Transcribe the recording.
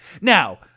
Now